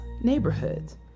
neighborhoods